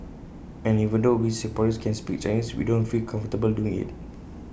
and even though we Singaporeans can speak Chinese we don't feel comfortable doing IT